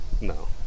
no